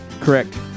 Correct